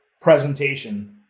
presentation